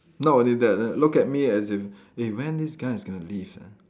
not only that uh look at me as in eh when this guy is going to leave ah